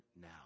now